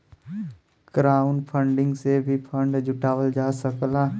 crowdfunding से भी fund जुटावल जा सकला